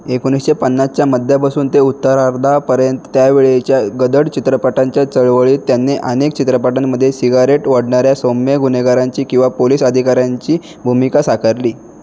एकोणीसशे पन्नासच्या मध्यापासून ते उत्तरार्धापर्यंत त्यावेळेच्या गडद चित्रपटांच्या चळवळीत त्याने अनेक चित्रपटांमध्ये सिगारेट ओढणाऱ्या सौम्य गुन्हेगारांची किंवा पोलीस अधिकाऱ्यांची भूमिका साकारली